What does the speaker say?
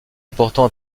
important